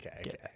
okay